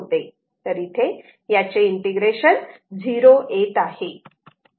तर इथे याचे इंटिग्रेशन 0 येत आहे